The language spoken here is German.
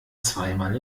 zweimal